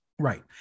right